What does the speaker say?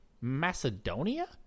macedonia